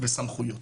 וסמכויות,